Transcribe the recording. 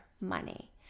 money